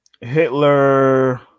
Hitler